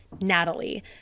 Natalie